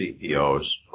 CEOs